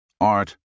Art